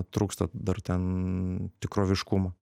trūksta dar ten tikroviškumo